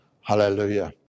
Hallelujah